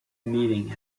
meeting